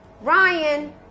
Ryan